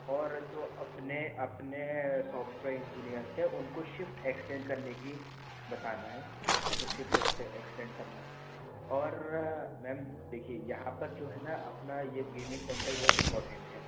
और जो अपने अपने सॉफ्टवेयर इंजीनियर थे उनको शिफ्ट एक्सटेंड करने कि बताना है एक बार शिफ्ट एक्सटेंड करना है और मैम देखिए यहाँ पर जो है ना अपना यह गेमिन्ग कॉन्ट्रैक्ट बहुत इम्पोर्टेन्ट है